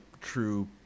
true